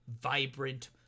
vibrant